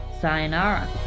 Sayonara